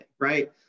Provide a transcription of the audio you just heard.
right